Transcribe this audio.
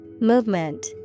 Movement